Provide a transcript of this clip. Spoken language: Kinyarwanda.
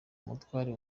umutware